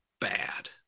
bad